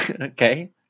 Okay